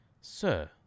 Sir